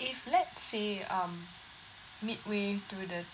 if let's say um midway through the